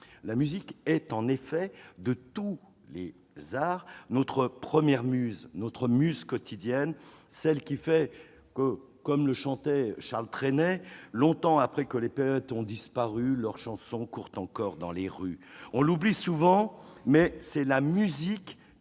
La musique est en effet de tous les arts notre première muse, notre muse quotidienne ; celle qui fait, comme le chantait Charles Trenet, que « longtemps après que les poètes ont disparu leurs chansons courent encore dans les rues »... On l'oublie souvent, mais c'est la musique